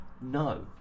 no